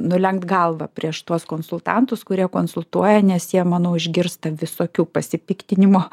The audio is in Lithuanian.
nulenkt galvą prieš tuos konsultantus kurie konsultuoja nes jie manau išgirsta visokių pasipiktinimų